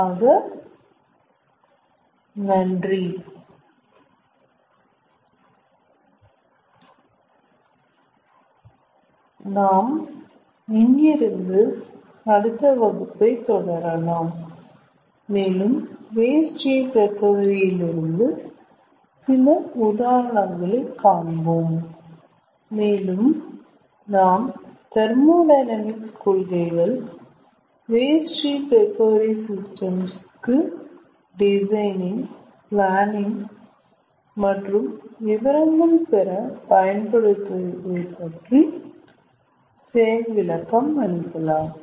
ஆக நன்றி நாம் இங்கிருந்து அடுத்த வகுப்பை தொடரலாம் மேலும் வேஸ்ட் ஹீட் ரெகவரி இல் இருந்து சில உதாரணங்கள் காண்போம் மேலும் நாம் தெர்மோடையனாமிக்ஸ் கொள்கைகள் வேஸ்ட் ஹீட் ரெகவரி சிஸ்டம்ஸ் கு டிசைனிங் பிளானிங் மற்றும் விவரங்கள் பெற பயன்படுவதை பற்றி செயல்விளக்கமளிக்கலாம்